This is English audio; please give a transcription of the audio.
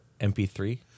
MP3